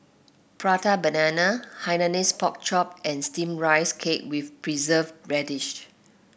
Prata Banana Hainanese Pork Chop and steam Rice Cake with preserve radish